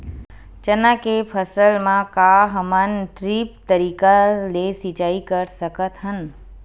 चना के फसल म का हमन ड्रिप तरीका ले सिचाई कर सकत हन?